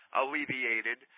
alleviated